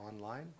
online